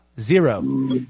Zero